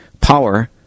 power